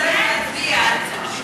אתה תצטרך להצביע על התקציב.